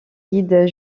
guides